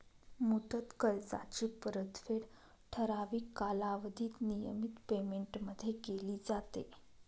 मुदत कर्जाची परतफेड ठराविक कालावधीत नियमित पेमेंटमध्ये केली जाते